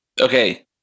Okay